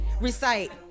recite